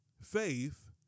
faith